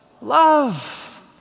love